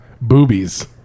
boobies